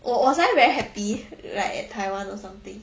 oh was I very happy like at taiwan or something